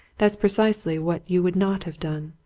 that's precisely what you would not have done.